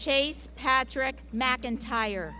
chase patrick mcintyre